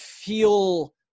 Feel